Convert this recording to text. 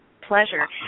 pleasure